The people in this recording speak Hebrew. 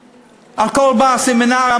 הכול, סמינרים.